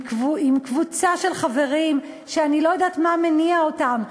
עם קבוצה של חברים שאני לא יודעת מה מניע אותם,